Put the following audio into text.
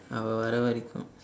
அவ வர வரைக்கும்:ava vara varaikkum